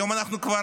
היום אנחנו כבר